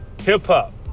hip-hop